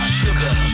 sugar